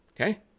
Okay